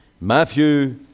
Matthew